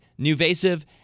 NuVasive